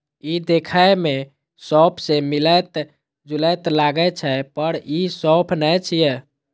ई देखै मे सौंफ सं मिलैत जुलैत लागै छै, पर ई सौंफ नै छियै